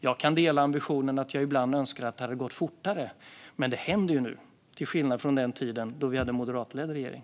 Jag kan dela ambitionen att gå fram fortare, och jag kan ibland önska att det hade gått fortare. Men det händer nu, till skillnad mot på den tiden då vi hade en moderatledd regering.